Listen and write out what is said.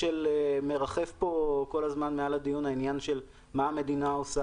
מרחף פה מעל הדיון הנושא של מה המדינה עושה